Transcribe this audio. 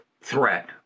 threat